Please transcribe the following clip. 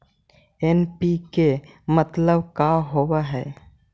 NPK मतलब का होव हइ?